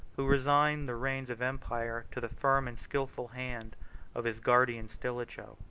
who resigned the reins of empire to the firm and skilful hand of his guardian stilicho.